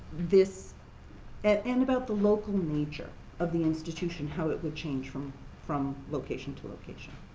this and about the local nature of the institution, how it will change from from location to location.